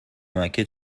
مکه